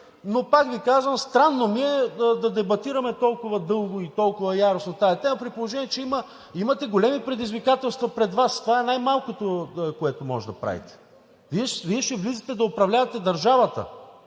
Но пак Ви казвам, странно ми е да дебатираме толкова дълго и толкова яростно по тази тема, при положение че имате големи предизвикателства пред Вас. Това е най-малкото, което можете да правите. Вие ще влизате да управлявате държавата,